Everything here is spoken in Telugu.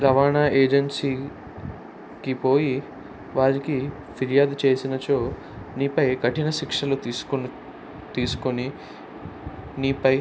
రవాణా ఏజెన్సీకి పోయి వారికి ఫిర్యాదు చేసినచో నీ పై కఠిన శిక్షలు తీసుకొని తీసుకొని నీపై